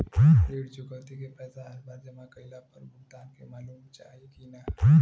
ऋण चुकौती के पैसा हर बार जमा कईला पर भुगतान के मालूम चाही की ना?